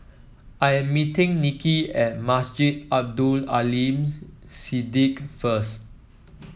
I am meeting Nicki at Masjid Abdul Aleem Siddique first